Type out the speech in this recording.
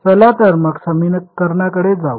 चला तर मग समीकरणाकडे जाऊ